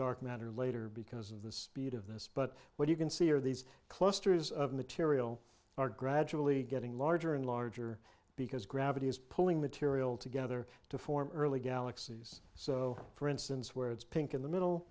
dark matter later because of the speed of this but what you can see are these clusters of material are gradually getting larger and larger because gravity is pulling material together to form early galaxies so for instance where it's pink in the middle